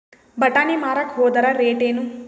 ಬಟಾನಿ ಮಾರಾಕ್ ಹೋದರ ರೇಟೇನು?